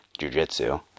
jujitsu